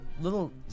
little